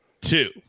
two